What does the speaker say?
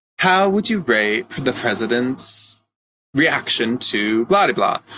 how would you rate the president's reaction to blah-di-blah?